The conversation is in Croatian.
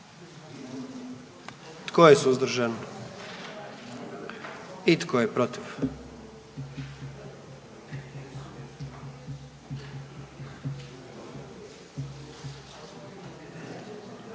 Tko je suzdržan? I tko je protiv?